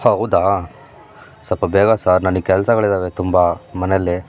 ಹೌದಾ ಸ್ವಲ್ಪ ಬೇಗ ಸರ್ ನನಗೆ ಕೆಲಸಗಳಿದಾವೆ ತುಂಬ ಮನೆಯಲ್ಲಿ